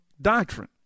doctrine